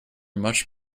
much